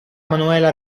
manuela